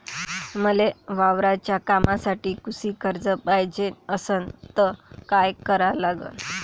मले वावराच्या कामासाठी कृषी कर्ज पायजे असनं त काय कराव लागन?